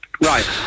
Right